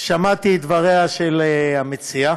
שמעתי את דבריה של המציעה,